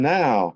now